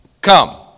come